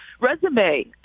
resume